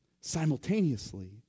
Simultaneously